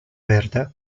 verde